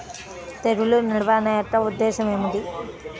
తెగులు నిర్వహణ యొక్క ఉద్దేశం ఏమిటి?